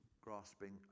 grasping